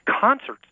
concerts